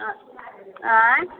आ आँय